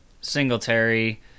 Singletary –